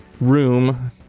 room